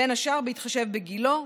בין השאר בהתחשב בגילו,